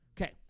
Okay